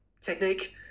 technique